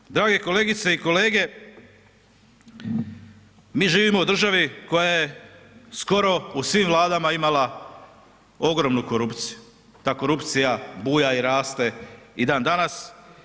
Stoga drage kolegice i kolege, mi živimo u državi koja je skoro u svim Vladama imala ogromnu korupciju, ta korupcija buja i raste i dan danas.